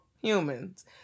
humans